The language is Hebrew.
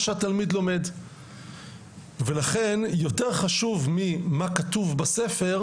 שהתלמיד לומד ולכן יותר חשוב ממה כתוב בספר,